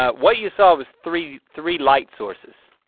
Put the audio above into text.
um what you saw was three three light sources.